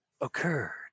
occurred